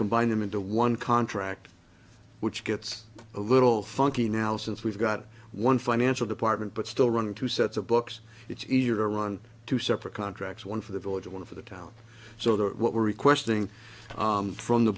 combine them into one contract which gets a little funky now since we've got one financial department but still running two sets of books it's easier to run two separate contracts one for the village one for the town so that what we're requesting from the